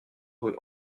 rue